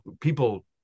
people